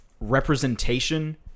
representation